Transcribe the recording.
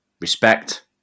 respect